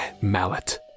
mallet